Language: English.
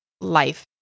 life